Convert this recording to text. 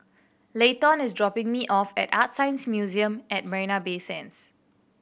Leighton is dropping me off at ArtScience Museum at Marina Bay Sands